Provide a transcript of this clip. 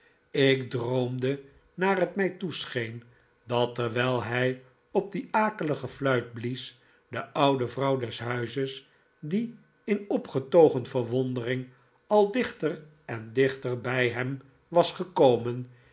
ik droomde naar het mij toescheen dat terwijl hij op die akelige fluit blies de oude vrouw des huizes die in opgetogen verwondering al dichter en dichter bij hem was gekomen